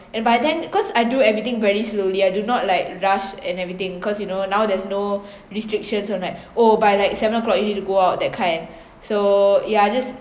and by then cause I do everything very slowly I do not like rush and everything cause you know now there's no restrictions on like oh by like seven o'clock you need to go out that kind so ya I just